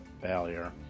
failure